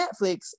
netflix